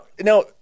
now